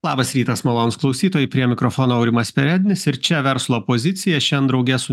labas rytas malonūs klausytojai prie mikrofono aurimas perednis ir čia verslo pozicija šiandien drauge su